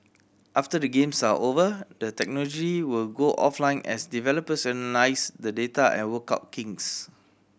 after the Games are over the technology will go offline as developers analyse the data and work out kinks